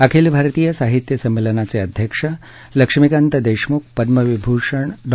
अखिल भारतीय साहित्य संमेलनाचे अध्यक्ष लक्ष्मीकांत देशमुख पद्मविभूषण डॉ